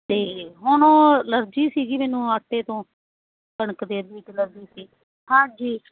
ਅਤੇ ਹੁਣ ਐਲਰਜੀ ਸੀਗੀ ਮੈਨੂੰ ਆਟੇ ਤੋਂ ਕਣਕ ਦੇ ਤੋਂ ਐਲਰਜੀ ਸੀ ਹਾਂਜੀ